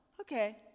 okay